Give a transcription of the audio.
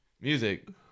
music